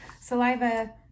saliva